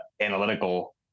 analytical